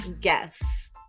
guess